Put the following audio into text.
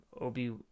Obi